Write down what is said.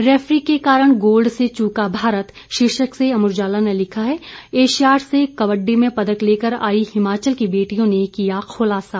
referee के कारण gold से चूका भारत शीर्षक से अमर उजाला ने लिखा है एशियार्ड से कबडडी में पदक लेकर आई हिमाचल की बेटियों ने किया खुलासा